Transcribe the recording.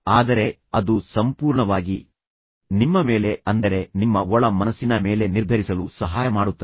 ಆದರೆ ಅದು ಸಂಪೂರ್ಣವಾಗಿ ನಿಮ್ಮ ಮೇಲೆ ಅಂದರೆ ನಿಮ್ಮ ಒಳ ಮನಸ್ಸಿನ ಮೇಲೆ ನಿರ್ಧರಿಸಲು ಸಹಾಯ ಮಾಡುತ್ತದೆ